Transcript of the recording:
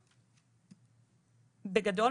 בגדול,